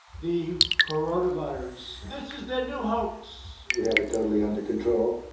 the coronavirus-this is their new hoax. we have it totally under control.